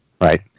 right